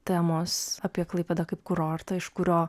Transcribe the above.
temos apie klaipėdą kaip kurortą iš kurio